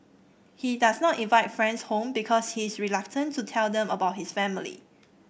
he does not invite friends home because he is reluctant to tell them about his family